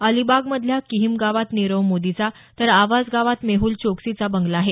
अलिबागमधल्या किहीम गावात नीरव मोदीचा तर आवास गावात मेहल चोक्सीचा बंगला आहे